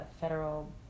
Federal